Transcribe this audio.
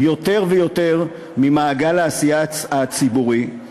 יותר ויותר ממעגל העשייה הציבורית,